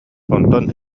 онтон